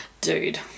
Dude